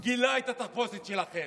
גילה את התחפושת שלכם.